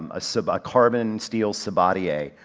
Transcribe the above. a so but carbon steel sabatier,